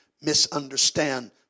misunderstand